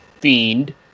fiend